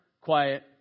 Quiet